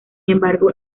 embargo